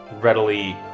readily